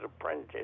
apprentice